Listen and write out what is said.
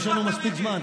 יש לנו מספיק זמן.